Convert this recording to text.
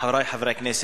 חברי חברי הכנסת,